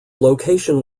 location